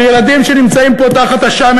אבל ילדים שנמצאים פה תחת השמש,